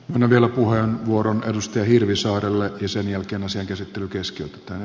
myönnän vielä puheenvuoron edustaja hirvisaarelle ja sen jälkeen asian käsittely keskeytetään